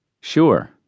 Sure